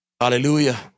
Hallelujah